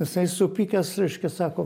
jisai supykęs reiškia sako